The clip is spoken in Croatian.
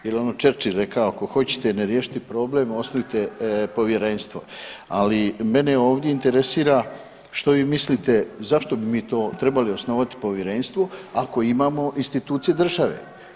Jel ono Churchill rekao, ako hoćete ne riješiti problem osnujte povjerenstvo, ali mene ovdje interesira što vi mislite zašto bi mi to trebali osnivati povjerenstvo ako imamo institucije države.